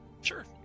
Sure